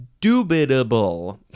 Dubitable